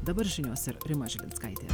dabar žinios ir rima žilinskaitė